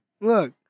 Look